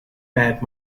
bad